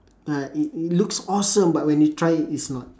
uh it it looks awesome but when you try it it's not